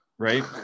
Right